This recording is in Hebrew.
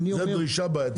זו דרישה בעייתית.